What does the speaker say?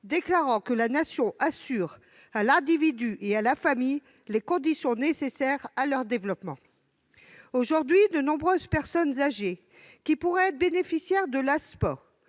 selon lequel la Nation assure à l'individu et à la famille les conditions nécessaires à leur développement. Aujourd'hui, de nombreuses personnes âgées qui pourraient être bénéficiaires de l'ASPA